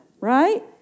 Right